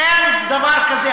אין דבר כזה.